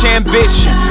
ambition